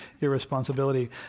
irresponsibility